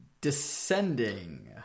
descending